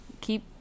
Keep